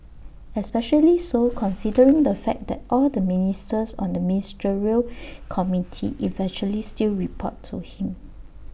especially so considering the fact that all the ministers on the ministerial committee eventually still report to him